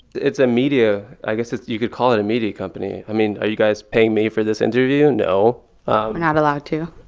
it's a media i guess it's you could call it a media company. i mean, are you guys paying me for this interview? no we're not allowed to.